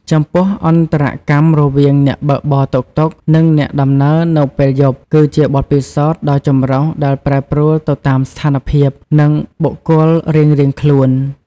ចំពោះ អន្តរកម្មរវាងអ្នកបើកបរតុកតុក និងអ្នកដំណើរនៅពេលយប់ គឺជាបទពិសោធន៍ដ៏ចម្រុះ ដែលប្រែប្រួលទៅតាមស្ថានភាព និងបុគ្គលរៀងៗខ្លួន។